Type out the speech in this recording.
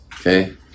Okay